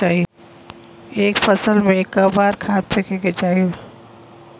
एक फसल में क बार खाद फेके के चाही?